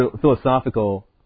philosophical